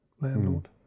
landlord